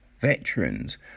veterans